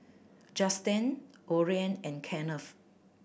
Justen Orion and Kenneth